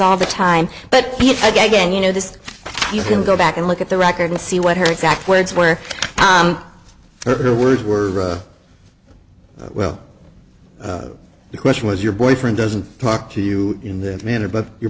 all the time but here again you know this you can go back and look at the record to see what her exact words were her words were well the question was your boyfriend doesn't talk to you in that manner but your